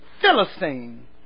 Philistine